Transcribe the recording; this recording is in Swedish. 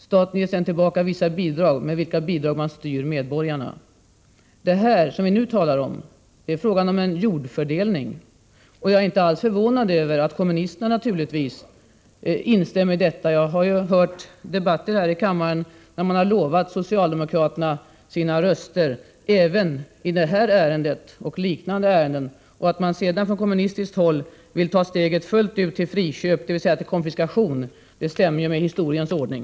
Staten ger sedan tillbaka Arrendatorers rätt vissa bidrag, med Vilka men styr medborgarna, ; Re att förvärva Det vi nu talar om är en form av jordfördelning, och jag är inte alls — arrendestället förvånad över att kommunisterna ställer sig bakom regeringsförslaget. Jag har ju hört debatter här i kammaren, där kommunisterna har lovat socialdemokraterna sina röster även i det här ärendet och liknande ärenden. Att man sedan från kommunistiskt håll vill ta steget fullt ut till friköp, dvs. till konfiskation, stämmer ju med historiens ordning.